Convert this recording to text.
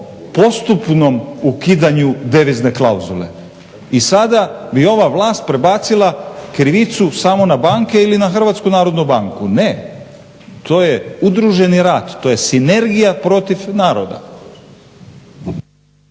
postupnom ukidanju devizne klauzule i sada bi ova vlast prebacila krivicu samo na banke ili na HNB. Ne, to je udruženi rad, to je sinergija protiv naroda.